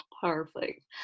Perfect